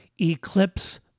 Eclipse